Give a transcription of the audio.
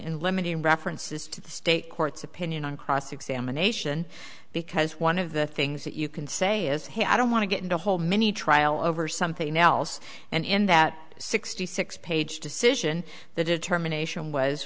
in limiting references to the state court's opinion on cross examination because one of the things that you can say is hey i don't want to get into a whole mini trial over something else and in that sixty six page decision the determination was